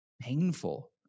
painful